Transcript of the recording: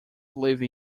live